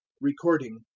Recording